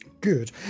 Good